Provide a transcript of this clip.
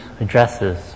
addresses